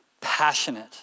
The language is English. passionate